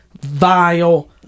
vile